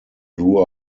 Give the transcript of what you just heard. grew